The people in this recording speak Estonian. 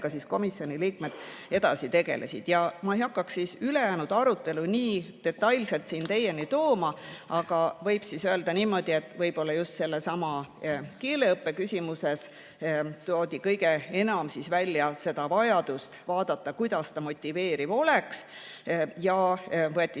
komisjoni liikmed edasi tegelesid. Ma ei hakka ülejäänud arutelu nii detailselt teieni tooma. Aga võib öelda niimoodi, et võib-olla just sellesama keeleõppe küsimuses toodi kõige enam välja vajadust vaadata, kuidas ta motiveeriv oleks. Võeti